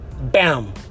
bam